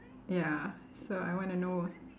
ya so I wanna know